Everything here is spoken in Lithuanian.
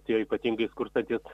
tie ypatingai skurstantys